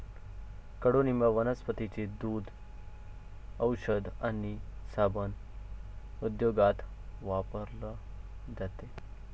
कडुनिंब वनस्पतींचे दूध, औषध आणि साबण उद्योगात वापरले जाते